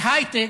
בהייטק,